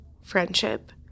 friendship